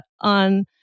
on